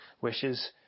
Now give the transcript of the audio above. wishes